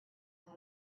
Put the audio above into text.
how